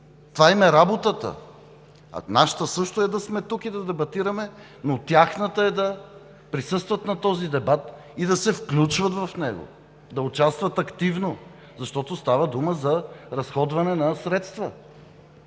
Това им е работата, нашата също е да сме тук и да дебатираме, но тяхната е да присъстват на този дебат и да се включват в него, да участват активно, защото става дума за разходване на средства.